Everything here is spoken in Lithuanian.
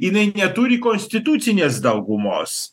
jinai neturi konstitucinės daugumos